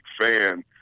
fan